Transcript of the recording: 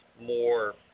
more